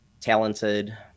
talented